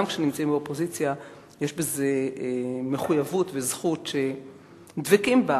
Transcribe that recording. גם כשנמצאים באופוזיציה יש בזה מחויבות וזכות שדבקים בה.